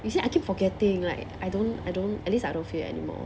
you see I keep forgetting like I don't I don't at least I don't feel it anymore